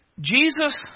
Jesus